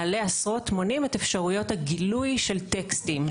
מעלה עשרות מונים את אפשרויות הגילוי של טקסטים.